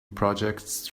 projects